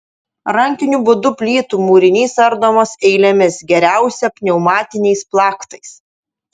rankiniu būdu plytų mūrinys ardomas eilėmis geriausia pneumatiniais plaktais